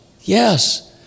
yes